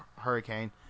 hurricane